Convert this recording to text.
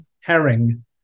herring